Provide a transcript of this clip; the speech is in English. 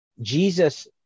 Jesus